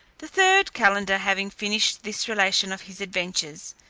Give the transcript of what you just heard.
the third calender having finished this relation of his adventures,